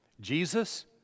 Jesus